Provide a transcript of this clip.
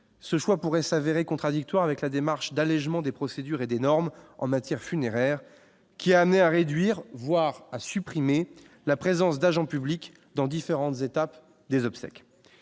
ce choix pourrait s'avérer contradictoire avec la démarche d'allégement des procédures et des normes en matière funéraire qui a amené à réduire voire à supprimer la présence d'agents publics dans différentes étapes des obsèques,